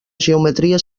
geometria